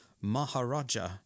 Maharaja